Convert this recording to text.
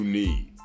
need